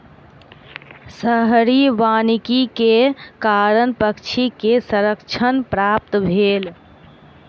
शहरी वानिकी के कारण पक्षी के संरक्षण प्राप्त भेल